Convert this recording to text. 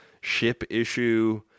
ship-issue